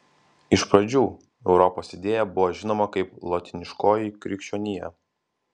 iš pradžių europos idėja buvo žinoma kaip lotyniškoji krikščionija